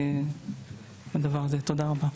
תודה רבה.